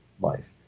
life